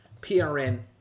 PRN